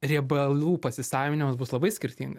riebalų pasisavinimas bus labai skirtingas